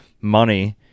money